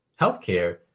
healthcare